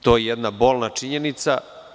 To je jedna bolna činjenica.